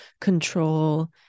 control